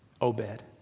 Obed